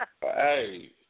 Hey